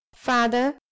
Father